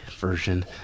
version